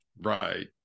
right